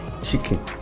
chicken